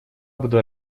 буду